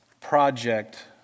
project